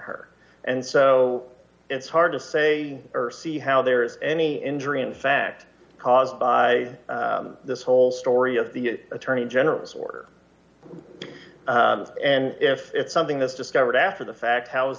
her and so it's hard to say see how there is any injury in fact caused by this whole story of the attorney general's order and if it's something that's discovered after the fact how was